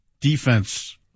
defense